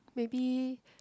maybe